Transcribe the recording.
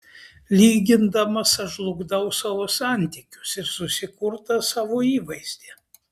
lygindamas aš žlugdau savo santykius ir susikurtą savo įvaizdį